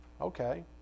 Okay